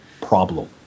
problem